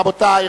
רבותי,